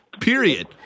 period